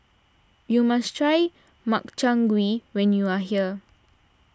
you must try Makchang Gui when you are here